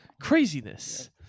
Craziness